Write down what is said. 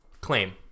claim